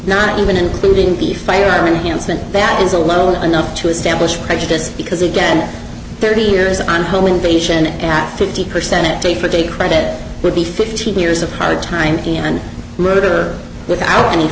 not even including the firing hansen that is alone enough to establish prejudice because again thirty years on home invasion at fifty percent a day for day credit would be fifteen years of hard time and murder without any